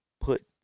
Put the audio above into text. put